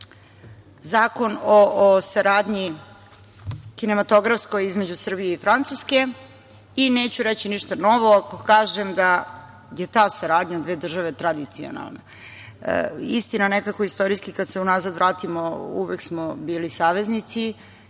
zakon o saradnji kinematografskoj između Srbije i Francuske, i neću reći ništa novo, ako kažem da je ta saradnja dve države tradicionalna. Istina, nekako istorijski kad se unazad vratimo uvek smo bili saveznici,